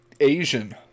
Asian